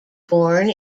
born